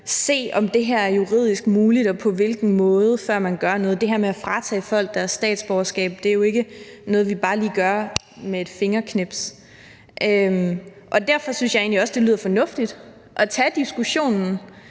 på, om det her er juridisk muligt og på hvilken måde, før man gør noget. Det her med at fratage folk deres statsborgerskab er jo ikke noget, vi bare lige gør med et fingerknips, og derfor synes jeg egentlig også, det lyder fornuftigt at tage diskussionen